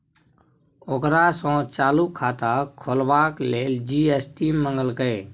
ओकरा सँ चालू खाता खोलबाक लेल जी.एस.टी मंगलकै